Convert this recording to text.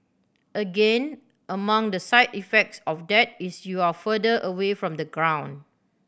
again among the side effects of that is you're further away from the ground